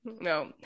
No